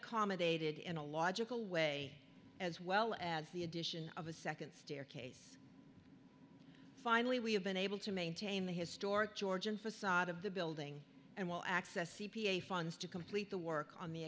accommodated in a logical way as well as the addition of a second stair case finally we have been able to maintain the historic georgian facade of the building and will access c p a funds to complete the work on the